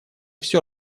все